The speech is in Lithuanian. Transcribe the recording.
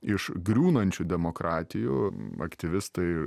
iš griūnančių demokratijų aktyvistai